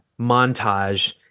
montage